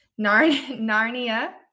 Narnia